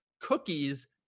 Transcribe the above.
cookies